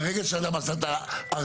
מהרגע שאדם עשה את ההרכשה?